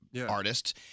artists